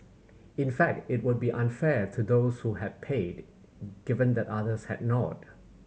in fact it would be unfair to those who had paid given that others had not